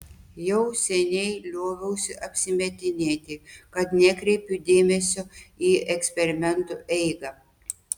jau seniai lioviausi apsimetinėti kad nekreipiu dėmesio į eksperimentų eigą